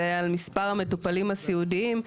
ועל מספר המטופלים הסיעודיים,